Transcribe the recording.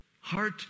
Heart